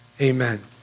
amen